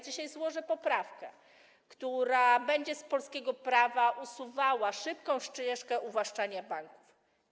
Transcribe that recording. Dzisiaj złożę poprawkę, która będzie z polskiego prawa usuwała szybką ścieżkę uwłaszczania banków.